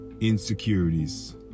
insecurities